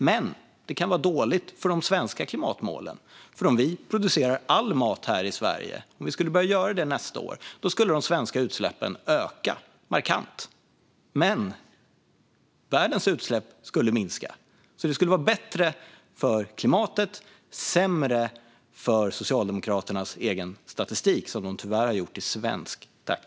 Men det kan vara dåligt för de svenska klimatmålen, för om vi nästa år skulle börja producera all mat här i Sverige skulle de svenska utsläppen öka markant. Men världens utsläpp skulle minska. Det skulle alltså vara bättre för klimatet men sämre för Socialdemokraternas egen statistik, som de tyvärr har gjort till svensk.